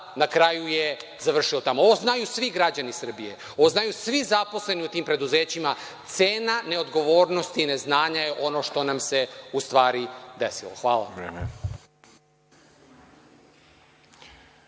na kraju je završilo tamo. Ovo znaju svi građani Srbije, ovo znaju svi zaposleni u tim preduzećima. Cena neodgovornosti i neznanja je ono što nam se u stvari desilo. Hvala.